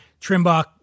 Trimbach